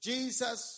Jesus